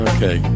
Okay